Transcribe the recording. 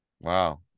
wow